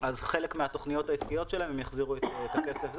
חלק מהתוכניות העסקיות שלהם הם יחזירו את הכסף,